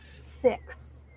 Six